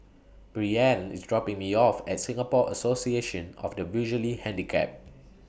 Breanne IS dropping Me off At Singapore Association of The Visually Handicapped